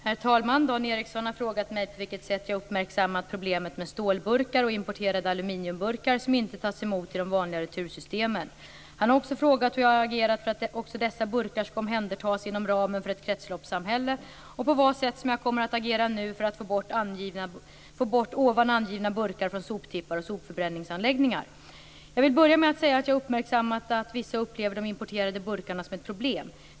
Herr talman! Dan Ericsson har frågat mig på vilket sätt jag har uppmärksammat problemet med stålburkar och importerade aluminiumburkar som inte tas emot i de vanliga retursystemen. Han har också frågat hur jag har agerat för att också dessa burkar skall omhändertas inom ramen för ett kretsloppssamhälle och på vad sätt som jag kommer att agera nu för att få bort ovan angivna burkar från soptippar och sopförbränningsanläggningar. Jag vill börja med att säga att jag har uppmärksammat att vissa upplever de importerade burkarna som ett problem.